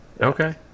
Okay